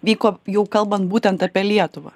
vyko jau kalbant būtent apie lietuvą